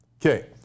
Okay